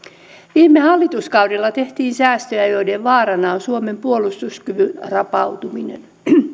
viime hallituskaudella tehtiin säästöjä joiden vaarana on suomen puolustuskyvyn rapautuminen